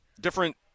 Different